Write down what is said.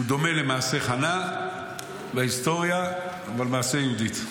הוא דומה למעשה חנה בהיסטוריה, אבל מעשה יהודית: